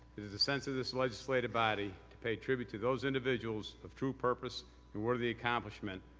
it is the sense of this legislative body to pay tribute to those individuals of true purpose and worthy accomplishment,